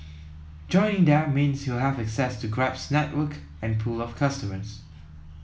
joining them means you'll have access to Grab's network and pool of customers